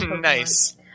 Nice